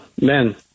men